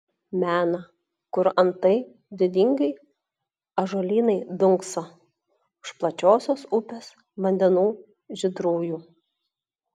mena kur antai didingai ąžuolynai dunkso už plačiosios upės vandenų žydrųjų